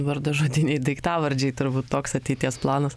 vardažodiniai daiktavardžiai turbūt toks ateities planas